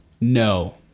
No